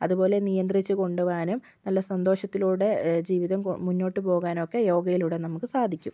അതുപോലെ നിയന്ത്രിച്ചു കൊണ്ടു പോകാനും നല്ല സന്തോഷത്തിലൂടെ ജീവിതം മുന്നോട്ടുപോകാനൊക്കെ യോഗയിലൂടെ നമുക്ക് സാധിക്കും